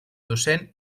docent